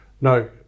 No